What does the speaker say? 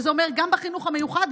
שזה אומר גם בחינוך המיוחד,